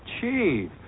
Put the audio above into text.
Chief